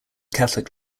catholic